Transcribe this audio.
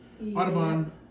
Audubon